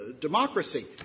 democracy